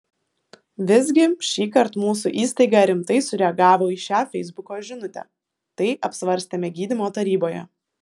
visgi šįkart mūsų įstaiga rimtai sureagavo į šią feisbuko žinutę tai apsvarstėme gydymo taryboje